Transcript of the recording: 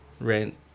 rent